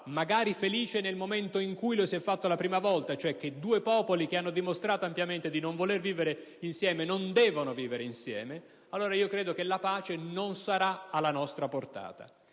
magari era felice nel momento in cui è stato pronunciato la prima volta (perché due popoli che hanno dimostrato ampiamente di non voler vivere insieme non devono vivere insieme), fino ad allora la pace non sarà alla nostra portata.